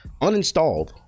uninstalled